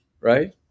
right